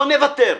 לא מוותר.